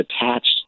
attached